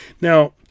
Now